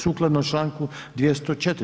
Sukladno Članku 204.